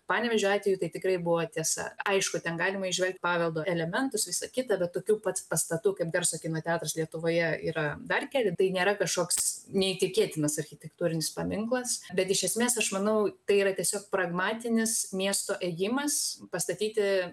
panevėžio atveju tai tikrai buvo tiesa aišku ten galima įžvelgt paveldo elementus visa kita bet tokių pat pastatų kaip garso kino teatras lietuvoje yra dar keli tai nėra kažkoks neįtikėtinas architektūrinis paminklas bet iš esmės aš manau tai yra tiesiog pragmatinis miesto ėjimas pastatyti